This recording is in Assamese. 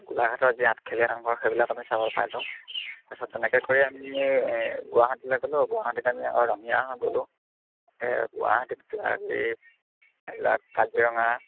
গোলাঘাটৰ যি আঠখেলীয়া নামঘৰ সেইবিলাক আমি চাব পাইছোঁ তাৰপিছত তেনেকৈ কৰি আমি গুৱাহাটীলৈ গ'লোঁ গুৱাহাটীত আমি আকৌ ৰঙিয়া হৈ গ'লোঁ সেই গুৱাহাটীত কিবাকিবি এইবিলাক কাজিৰঙা